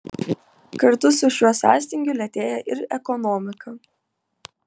kartu su šiuo sąstingiu lėtėja ir ekonomika